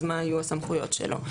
אז מה יהיו הסמכויות שלו,